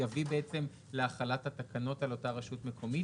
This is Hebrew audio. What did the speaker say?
יביא בעצם להחלת התקנות על אותה רשות מקומית?